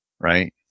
right